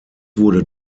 wurde